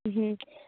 হুম